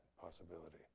possibility